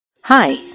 Hi